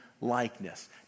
likeness